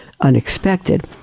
unexpected